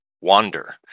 wander